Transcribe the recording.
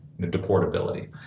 deportability